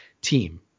team